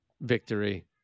victory